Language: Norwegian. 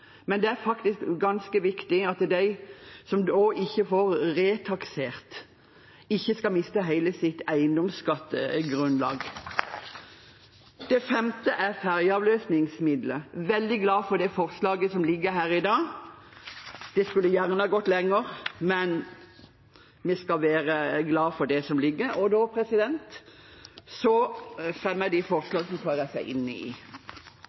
men det er faktisk ganske viktig at de som ikke får retaksert, ikke skal miste hele sitt eiendomsskattegrunnlag. Det femte er ferjeavløsningsmidler. Jeg er veldig glad for det forslaget som ligger i saken i dag. Det kunne gjerne gått lenger, men vi skal være glade for det som foreligger. Det blir replikkordskifte. Det er dessverre litt vanskelig å følge Kristelig Folkeparti når det gjelder enkelte saker i